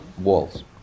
walls